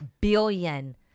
billion